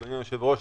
אדוני היושב-ראש,